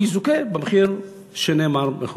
והוא יזוכה במחיר שנאמר.